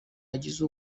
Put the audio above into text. hagize